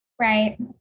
Right